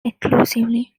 exclusively